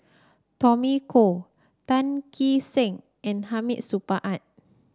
Tommy Koh Tan Kee Sek and Hamid Supaat